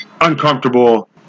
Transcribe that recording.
uncomfortable